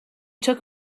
took